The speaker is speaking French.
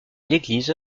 l’église